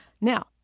now